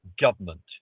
government